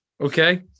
okay